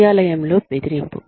కార్యాలయంలో బెదిరింపు